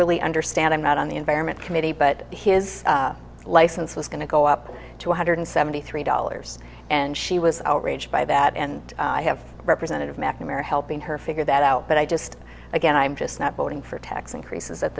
really understand i'm not on the environment committee but his license was going to go up to one hundred seventy three dollars and she was outraged by that and i have representative mcnamara helping her figure that out but i just again i'm just not voting for tax increases at